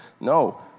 No